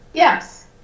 Yes